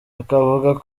akavuga